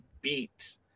beat